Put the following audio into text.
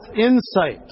insight